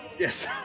Yes